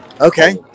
Okay